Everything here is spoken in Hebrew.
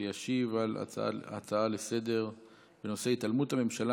וישיב על ההצעה לסדר-היום בנושא: התעלמות הממשלה